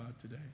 today